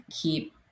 keep